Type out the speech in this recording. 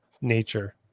nature